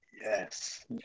yes